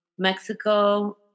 Mexico